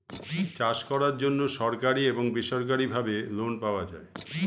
চাষ করার জন্য সরকারি এবং বেসরকারিভাবে লোন পাওয়া যায়